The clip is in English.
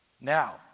Now